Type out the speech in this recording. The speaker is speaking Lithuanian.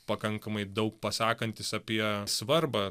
pakankamai daug pasakantys apie svarbą